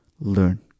learn